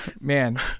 man